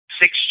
six